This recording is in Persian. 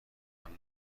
اما